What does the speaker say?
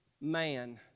man